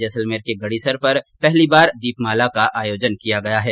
जैसलमेर के गड़ीसर पर पहली बार दीपमाला का आयोजन किया गया है